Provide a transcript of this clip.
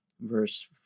verse